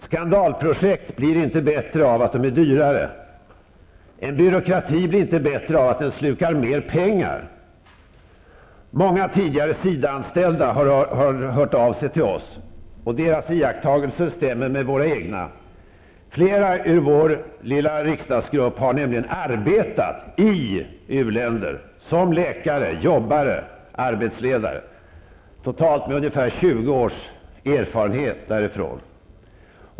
Skandalprojekt blir inte bättre av att de är dyrare. En byråkrati blir inte bättre av att den slukar mer pengar. Många tidigare SIDA-anställda har hört av sig till oss, och deras iakttagelser stämmer med våra egna. Flera i vår lilla riksdagsgrupp har nämligen arbetat i u-länder -- som läkare, jobbare, arbetsledare, med totalt ungefär 20 års erfarenhet.